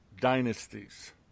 dynasties